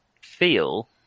feel